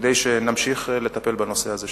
כדי שנמשיך לטפל בנושא הזה שם.